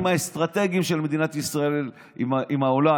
האסטרטגיים של מדינת ישראל עם העולם,